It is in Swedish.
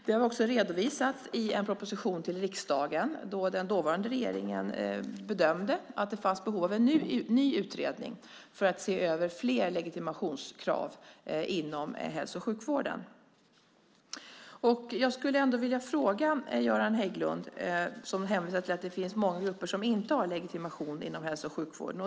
Det har vi också redovisat i en proposition till riksdagen då den dåvarande regeringen bedömde att det fanns behov av en ny utredning för att se över fler legitimationskrav inom hälso och sjukvården. Göran Hägglund hänvisar till att det finns många grupper som inte har legitimation inom hälso och sjukvården.